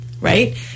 Right